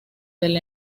del